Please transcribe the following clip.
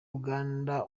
uganda